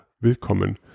willkommen